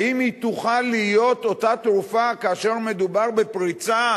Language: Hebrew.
האם היא תוכל להיות אותה תרופה כאשר מדובר בפריצה